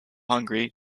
hungry